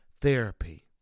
therapy